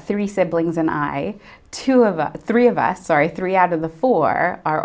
three siblings and i two of the three of us sorry three out of the four are